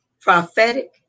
prophetic